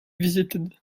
visited